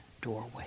doorway